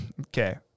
okay